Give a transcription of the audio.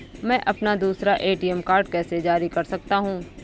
मैं अपना दूसरा ए.टी.एम कार्ड कैसे जारी कर सकता हूँ?